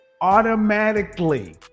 automatically